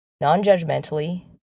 non-judgmentally